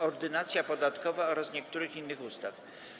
Ordynacja podatkowa oraz niektórych innych ustaw.